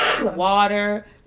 water